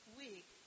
week